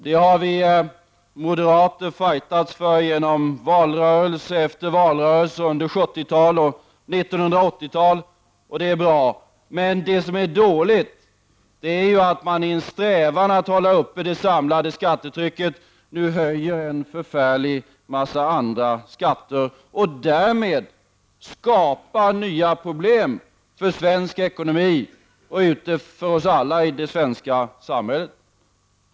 Det har vi moderater kämpat för i valrörelse efter valrörelse under 1970-tal och 1980-tal. Det är bra. Men det som är dåligt är att man i en strävan att hålla uppe det samlade skattetrycket nu höjer en förfärlig mängd andra skatter och därmed skapar nya problem för svensk ekonomi och för oss alla i det svenska samhället.